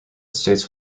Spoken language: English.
states